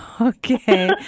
Okay